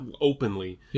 openly